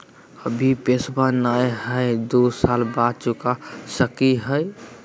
अभि पैसबा नय हय, दू साल बाद चुका सकी हय?